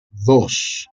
dos